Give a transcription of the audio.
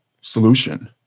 solution